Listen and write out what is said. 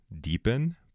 deepen